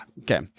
Okay